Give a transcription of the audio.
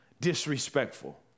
disrespectful